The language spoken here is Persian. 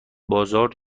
بازار